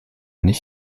nicht